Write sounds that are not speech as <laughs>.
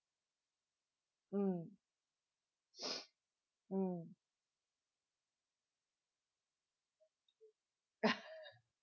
mm mm <laughs>